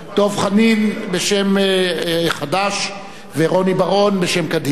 דב חנין בשם חד"ש ורוני בר-און בשם קדימה.